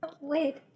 Wait